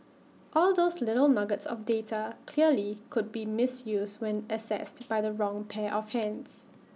all those little nuggets of data clearly could be misused when accessed by the wrong pair of hands